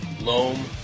loam